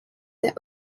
their